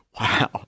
wow